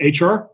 HR